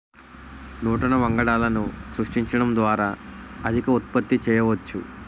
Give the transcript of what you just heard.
నూతన వంగడాలను సృష్టించడం ద్వారా అధిక ఉత్పత్తి చేయవచ్చు